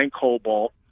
cobalt